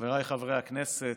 חבריי חברי הכנסת,